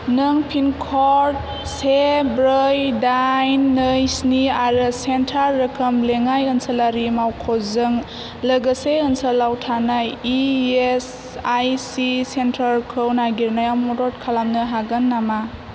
नों पिनक'ड से ब्रै दाइन नै स्नि आरो सेन्टार रोखोम लेङाइ ओनसोलारि मावख'जों लोगोसे ओनसोलाव थानाय इ एस आइ सि सेन्टारखौ नागिरनायाव मदद खालामनो हागोन नामा